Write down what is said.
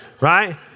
Right